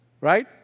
Right